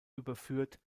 überführt